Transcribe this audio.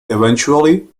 eventually